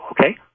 Okay